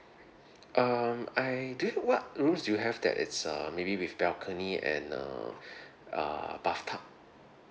um I do you know what rooms do you have that it's uh maybe with balcony and uh err bathtub